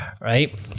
right